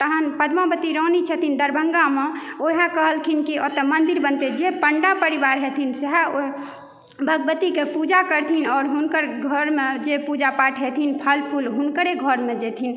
तहन पद्मावती रानी छथिन दरभंगामे उहए कहलखिन कि ओतोऽ मन्दिर बनतै जे पण्डा परिवार हेथिन सहए ओहि भगवतीके पूजा करथिन आओर हुनकर घरमे जे पूजा पाठ हेथिन फल फूल हुनकरे घरमे जेथिन